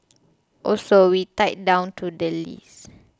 also we tied down to the leases